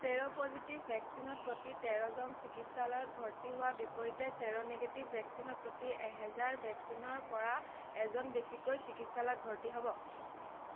চেৰ' পজিটিভ ভেকচিনত প্ৰতি তেৰজন চিকিৎসালয়ত ভৰ্তি হোৱাৰ বিপৰীতে চেৰ' নেগেটিভ ভেকচিনত প্ৰতি এহেজাৰ ভেকচিনৰ পৰা এজন বেছিকৈ চিকিৎসালয়ত ভৰ্তি হ'ব